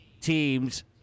teams